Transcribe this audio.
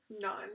none